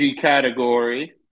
category